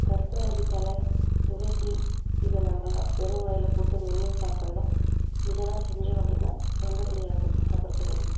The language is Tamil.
கற்பூரவள்ளிதழ துளசி இதை நம்ப வெறும் வாயில் போட்டு மென்று சாப்பிட்லாம் இதெல்லாம் செஞ்சோம் அப்படின்னா தொண்டை வலி ஆனது குணப்படுத்த முடியும்